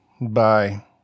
Bye